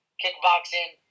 kickboxing